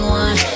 one